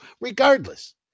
regardless